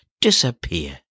disappear